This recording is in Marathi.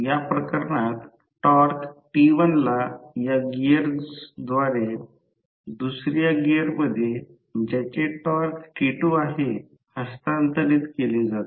या प्रकरणात टॉर्क T1ला या गिअर्सद्वारे दुसऱ्या गिअरमध्ये ज्याचे टॉर्क T2 आहे हस्तांतरित केले जाते